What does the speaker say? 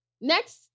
Next